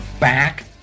back